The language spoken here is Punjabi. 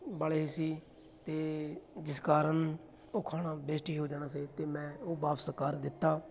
ਵਾਲੇ ਸੀ ਅਤੇ ਜਿਸ ਕਾਰਨ ਉਹ ਖਾਣਾ ਵੇਸਟ ਹੀ ਹੋ ਜਾਣਾ ਸੀ ਅਤੇ ਮੈਂ ਉਹ ਵਾਪਸ ਕਰ ਦਿੱਤਾ